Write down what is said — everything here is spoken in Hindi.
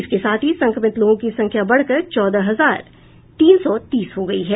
इसके साथ संक्रमित लोगों की संख्या बढ़कर चौदह हजार तीन सौ तीस हो गयी है